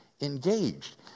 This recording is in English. engaged